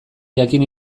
jakin